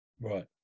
right